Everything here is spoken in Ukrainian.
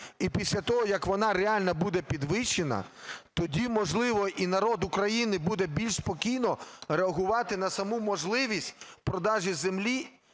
І після того як вона реально буде підвищена, тоді, можливо, і народ України буде більш спокійно реагувати на саму можливість продажу землі